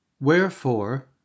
Wherefore